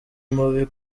mubi